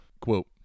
Quote